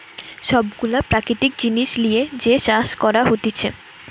সব গুলা প্রাকৃতিক জিনিস লিয়ে যে চাষ করা হতিছে